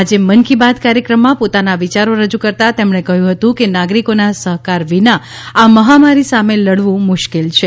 આજે મન કી બાત કાર્યક્રમમાં પોતાના વિચારો રજૂ કરતાં તેમણે કહ્યું હતું કે નાગરિકોના સહકાર વિના આ મહામારી સામે લડવું મુશ્કેલ છે